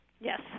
Yes